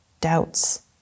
doubts